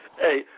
Hey